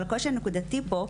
אבל הקושי הנקודתי פה,